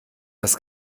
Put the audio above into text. das